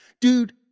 dude